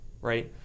right